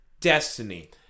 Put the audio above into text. destiny